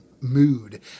mood